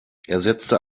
ersetzte